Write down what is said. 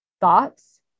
thoughts